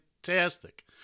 Fantastic